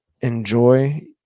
enjoy